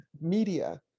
media